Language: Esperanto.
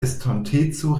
estonteco